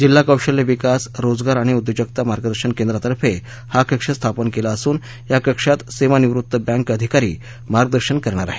जिल्हा कौशल्य विकास रोजगार आणि उद्योजकता मार्गदर्शन केंद्रातर्फे हा कक्ष स्थापन केला असून या कक्षात सेवानिवृत्त बँक अधिकारी मार्गदर्शन करणार आहेत